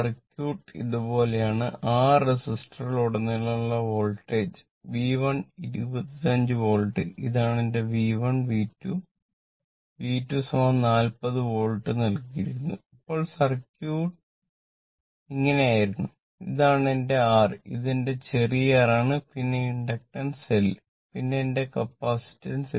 circuit ഇതുപോലെയാണ് R റെസിസ്റ്ററിൽ L പിന്നെ എന്റെ കപ്പാസിറ്റൻസ്